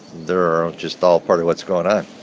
they're just all part of what's going on.